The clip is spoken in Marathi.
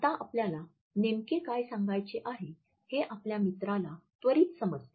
आता आपल्याला नेमके काय सांगायचे आहे हे आपल्या मित्राला त्वरित समजते